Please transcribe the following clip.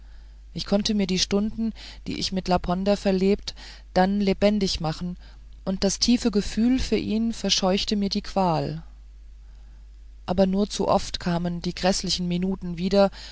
ich konnte mir die stunden die ich mit laponder verlebt dann lebendig machen und das tiefe gefühl für ihn verscheuchte mir die qual aber nur zu oft kamen die gräßlichen minuten wieder